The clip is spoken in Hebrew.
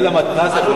זה למתנ"ס,